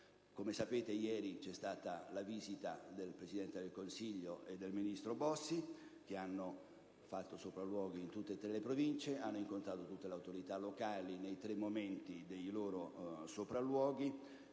Come sapete, ieri c'è stata la visita del Presidente del Consiglio e del ministro Bossi, che hanno fatto sopralluoghi in tutte e tre le province e incontrato le autorità locali, accompagnati dal governatore